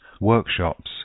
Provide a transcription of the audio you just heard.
workshops